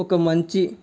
ఒక మంచి